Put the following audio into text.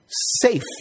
Safe